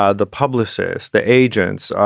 ah the publicists, the agents,